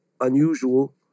unusual